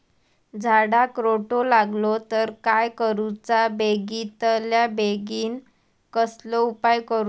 झाडाक रोटो लागलो तर काय करुचा बेगितल्या बेगीन कसलो उपाय करूचो?